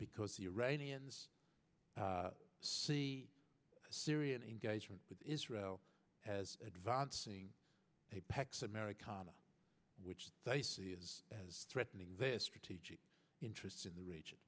because the iranians see syrian engagement with israel as advancing apex americana which they see as threatening their strategic interests in the region